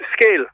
scale